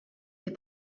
des